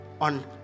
on